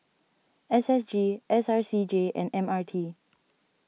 S S G S R C J and M R T